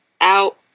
out